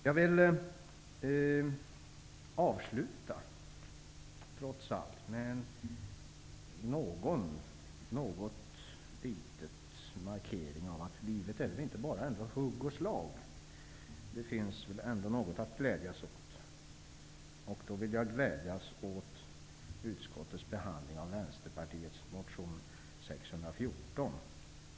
Jag vill trots allt avsluta mitt anförande med någon liten markering av att livet ändå inte bara är hugg och slag. Det finns väl ändå något att glädjas åt? Jag vill då glädjas åt utskottets behandling av Vänsterpartiets motion So614.